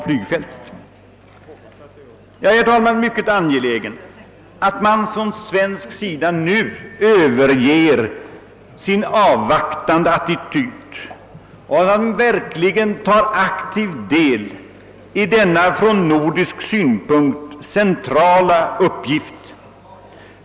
Jag är, herr talman, mycket anglägen om att man från svensk sida nu överger sin avvaktande attityd och verkligen tar aktiv del i arbetet på denna från nordisk synpunkt centrala uppgift.